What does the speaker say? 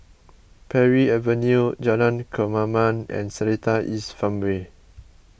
Parry Avenue Jalan Kemaman and Seletar East Farmway